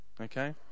okay